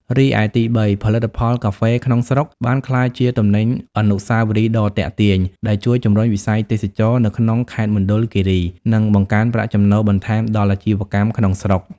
រីឯ ទីបី ផលិតផលកាហ្វេក្នុងស្រុកបានក្លាយជាទំនិញអនុស្សាវរីយ៍ដ៏ទាក់ទាញ ដែលជួយ ជំរុញវិស័យទេសចរណ៍ នៅក្នុងខេត្តមណ្ឌលគិរី និងបង្កើនប្រាក់ចំណូលបន្ថែមដល់អាជីវកម្មក្នុងស្រុក។